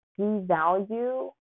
devalue